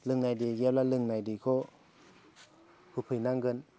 लोंनाय दै गैयाब्ला लोंनाय दैखौ होफैनांगोन